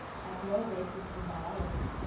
has no basis in biology,